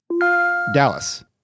Dallas